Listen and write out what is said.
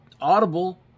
audible